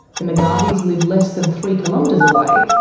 the mcgarvies live less than three kilometres away,